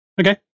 Okay